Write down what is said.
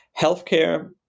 Healthcare